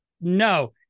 No